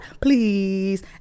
please